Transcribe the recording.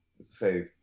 say